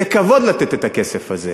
זה כבוד לתת את הכסף הזה.